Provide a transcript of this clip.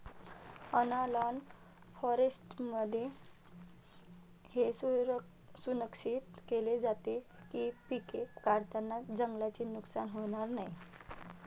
analogue फॉरेस्ट्रीमध्ये हे सुनिश्चित केले जाते की पिके वाढवताना जंगलाचे नुकसान होणार नाही